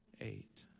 eight